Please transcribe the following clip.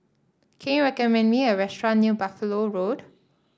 can you recommend me a restaurant near Buffalo Road